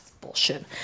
Bullshit